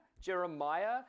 Jeremiah